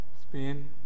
Spain